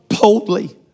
boldly